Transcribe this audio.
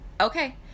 okay